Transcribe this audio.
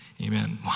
Amen